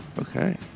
okay